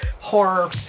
horror